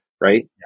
right